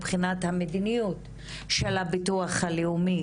מבחינת המדיניות של הביטוח הלאומי,